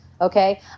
Okay